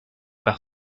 par